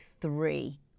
three